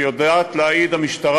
שהמשטרה יודעת להעיד עליהן,